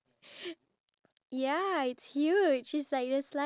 ya I I sterilised them all because